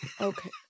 Okay